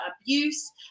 abuse